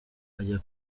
ajya